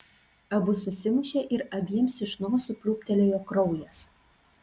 abu susimušė ir abiems iš nosių pliūptelėjo kraujas